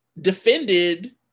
defended